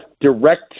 direct